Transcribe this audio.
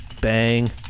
Bang